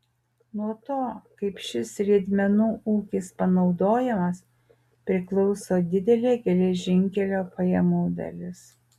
nuo to kaip šis riedmenų ūkis panaudojamas priklauso didelė geležinkelio pajamų dalis